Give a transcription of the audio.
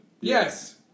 Yes